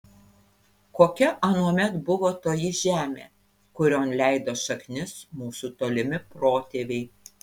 kokia anuomet buvo toji žemė kurion leido šaknis mūsų tolimi protėviai